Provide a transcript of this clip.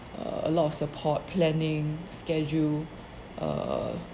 err a lot of support planning schedule err